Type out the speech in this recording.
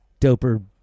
doper